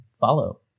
follow